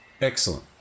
Excellent